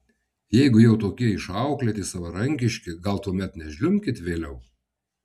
jeigu jau tokie išauklėti savarankiški gal tuomet nežliumbkit vėliau